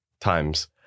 times